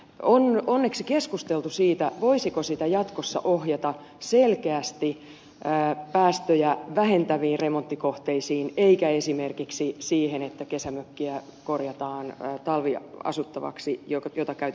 on onneksi keskusteltu siitä voisiko sitä jatkossa ohjata selkeästi päästöjä vähentäviin remonttikohteisiin eikä esimerkiksi siihen että kesämökkiä korjataan talviasuttavaksi mitä käytitte esimerkkinä